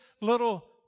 little